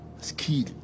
skill